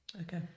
Okay